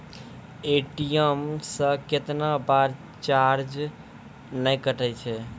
ATM से कैतना बार चार्ज नैय कटै छै?